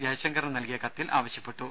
ജയ്ശങ്കറിന് നൽകിയ കത്തിൽ ആവശ്യപ്പെട്ടു